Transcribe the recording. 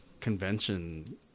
convention